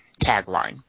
tagline